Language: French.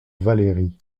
valérie